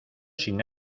sin